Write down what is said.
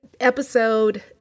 episode